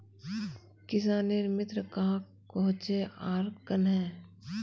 किसानेर मित्र कहाक कोहचे आर कन्हे?